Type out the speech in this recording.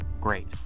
great